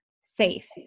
safe